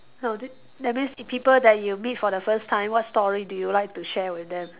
no that that means if people that you meet for the first time what story do you like to share with them